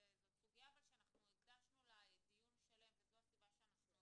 זאת סוגיה שאנחנו הקדשנו לה דיון שלהם וזו הסיבה שאנחנו